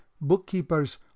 bookkeepers